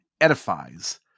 edifies